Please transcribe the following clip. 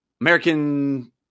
American